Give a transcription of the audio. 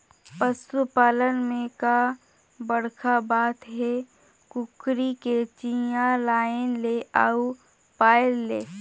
पसू पालन में का बड़खा बात हे, कुकरी के चिया लायन ले अउ पायल ले